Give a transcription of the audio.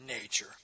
nature